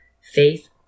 Faith